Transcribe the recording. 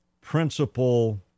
principle